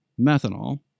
methanol